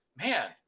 man